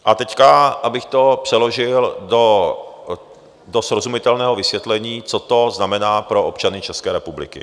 A teď, abych to přeložil do srozumitelného vysvětlení, co to znamená pro občany České republiky.